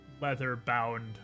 leather-bound